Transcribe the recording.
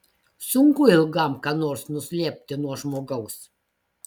sunku ilgam ką nors nuslėpti nuo žmogaus